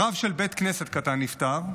רב של בית כנסת קטן נפטר,